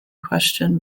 question